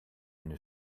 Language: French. une